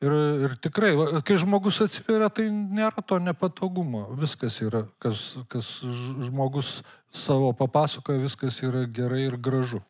ir ir tikrai va kai žmogus atsiveria tai nėra to nepatogumo viskas yra kas kas žmogus savo papasakojo viskas yra gerai ir gražu